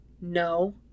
No